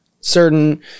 certain